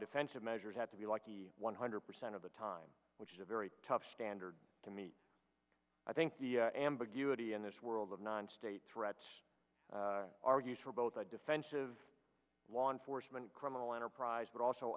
defensive measures have to be like the one hundred percent of the time which is a very tough standard to meet i think the ambiguity in this world of non state threats argues for both a defense of law enforcement criminal enterprise but also